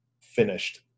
finished